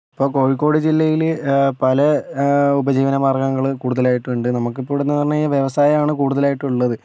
ഇപ്പോൾ കോഴിക്കോട് ജില്ലയില് പല ഉപജീവന മാർഗ്ഗങ്ങൾ കൂടുലായിട്ടുണ്ട് നമുക്ക് ഇപ്പോൾ ഉള്ളത് പറഞ്ഞാൽ വ്യവസായമാണ് കുടുതലായിട്ടുള്ളത്